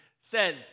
says